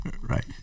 Right